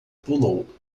pulou